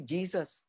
Jesus